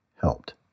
helped